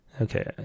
Okay